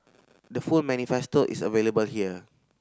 the full manifesto is available here